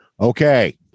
okay